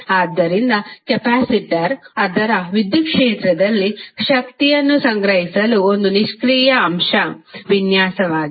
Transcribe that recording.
ಆದ್ದರಿಂದ ಕೆಪಾಸಿಟರ್ ಅದರ ವಿದ್ಯುತ್ ಕ್ಷೇತ್ರದಲ್ಲಿ ಶಕ್ತಿಯನ್ನು ಸಂಗ್ರಹಿಸಲು ಒಂದು ನಿಷ್ಕ್ರಿಯ ಅಂಶ ವಿನ್ಯಾಸವಾಗಿದೆ